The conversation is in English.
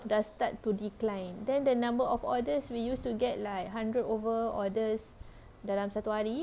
dah start to decline then the number of orders we used to get like hundred over orders dalam satu hari